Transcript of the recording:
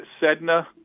Sedna